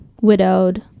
widowed